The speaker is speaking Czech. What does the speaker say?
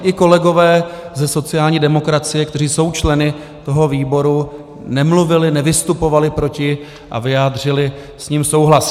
I kolegové ze sociální demokracie, kteří jsou členy toho výboru, nemluvili a nevystupovali proti němu a vyjádřili s ním souhlas.